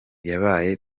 yabaye